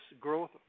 growth